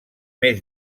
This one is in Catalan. més